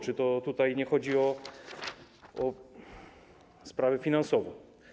Czy tutaj nie chodzi o sprawy finansowe?